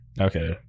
Okay